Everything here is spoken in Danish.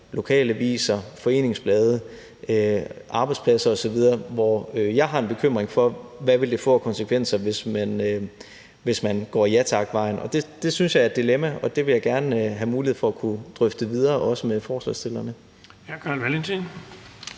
lokalaviser, foreningsblade, arbejdspladser osv. – hvor jeg har en bekymring for, hvad det ville få af konsekvenser, hvis man gik ja tak-vejen. Det synes jeg er et dilemma, og det vil jeg gerne have mulighed for at kunne drøfte videre, også med forslagsstillerne.